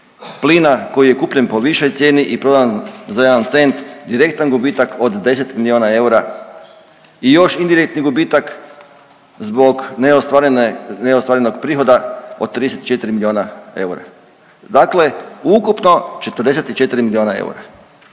plina koji je kupljen po višoj cijeni i prodan za 1 cent, direktan gubitak od 10 milijuna eura i još indirektni gubitak zbog neostvarene, neostvarenog prihoda od 34 milijuna eura. Dakle ukupno 44 milijuna eura.